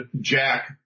Jack